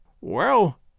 Well